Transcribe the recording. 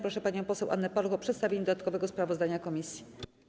Proszę panią poseł Annę Paluch o przedstawienie dodatkowego sprawozdania komisji.